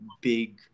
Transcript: big